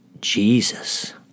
Jesus